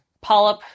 polyp